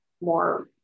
more